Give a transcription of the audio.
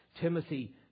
Timothy